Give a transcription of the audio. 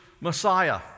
Messiah